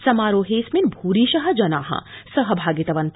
समारोहर्विमन् भूरिश जना सहभागितवन्त